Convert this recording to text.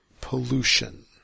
pollution